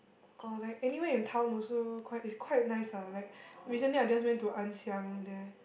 or like anywhere in town also quite is quite nice ah like recently I just went to Ann-Siang there